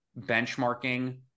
benchmarking